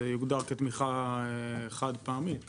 זה יוגדר כתמיכה חד פעמית כמובן.